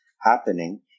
happening